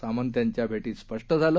सामंत यांच्या भे ीत स्पष् झालं